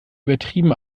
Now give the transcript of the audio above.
übertrieben